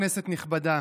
כנסת נכבדה,